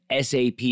SAP